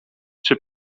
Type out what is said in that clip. czy